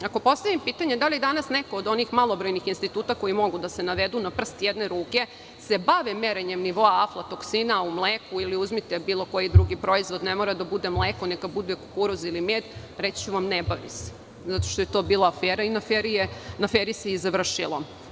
Ako postavim pitanje – da li se danas neko od onih malobrojnih instituta koji mogu da se navedu na prst jedne ruke bar merenjem nivoa aflatoksina u mleku ili bilo koji drugi proizvod, ne mora da bude mleko, neka bude kukuruz ili med, reći ću vam – ne bavi se, zato što je to bila afera i na aferi se i završilo.